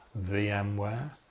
VMware